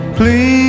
Please